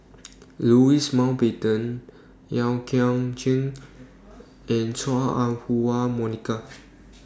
Louis Mountbatten Yeo Kian Chye and Chua Ah Huwa Monica